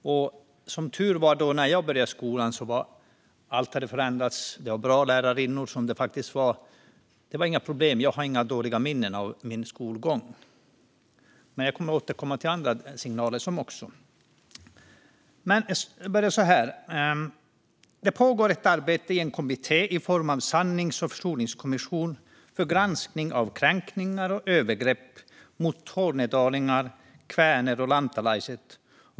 Som tur var hade allt förändrats när jag började skolan. Det var bra lärarinnor, och det var inga problem. Jag har inga dåliga minnen från min skolgång, men jag kommer att återkomma till andra signaler som har getts. Det pågår ett arbete i en kommitté i form av en sannings och försoningskommission för granskning av kränkningar och övergrepp mot tornedalingar, kväner och lantalaiset.